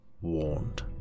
warned